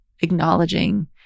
acknowledging